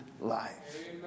life